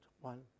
One